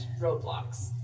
roadblocks